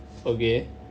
okay